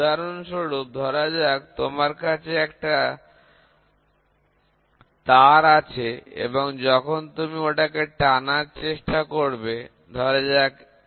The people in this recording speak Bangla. উদাহরণস্বরূপ ধরা যাক তোমার কাছে একটা তার আছে এবং যখন তুমি ওটাকে টানার চেষ্টা করবে ধরা যাক L